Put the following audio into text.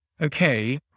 okay